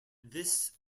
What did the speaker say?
this